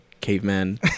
caveman